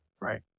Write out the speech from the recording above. Right